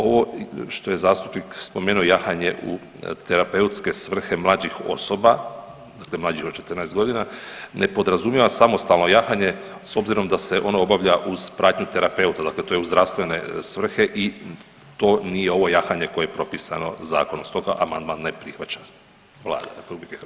Ovo što je zastupnik spomenuo jahanje u terapeutske svrhe mlađih osoba, dakle mlađih od 14.g., ne podrazumijeva samostalno jahanje s obzirom da se ono obavlja uz pratnju terapeuta, dakle to je u zdravstvene svrhe i to nije ovo jahanje koje je propisano zakonom, stoga amandman ne prihvaća Vlada RH.